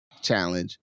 challenge